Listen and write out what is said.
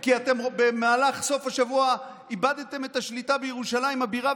כי במהלך סוף השבוע איבדתם את השליטה בירושלים הבירה.